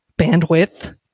bandwidth